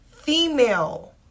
female